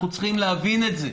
אנחנו צריכים להבין את זה.